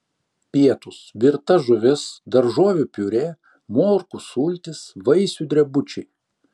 pietūs virta žuvis daržovių piurė morkų sultys vaisių drebučiai